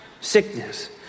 sickness